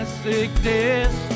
sickness